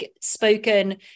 spoken